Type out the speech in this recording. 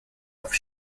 auf